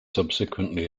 subsequently